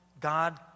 God